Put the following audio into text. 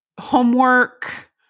homework